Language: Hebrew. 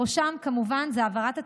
בראשן כמובן העברת התקציב,